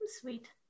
sweet